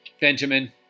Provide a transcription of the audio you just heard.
Benjamin